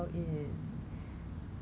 a group of two dollars inside